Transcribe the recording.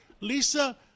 Lisa